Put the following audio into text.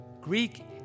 Greek